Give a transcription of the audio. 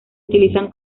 utilizan